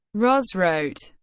ross wrote,